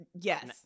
yes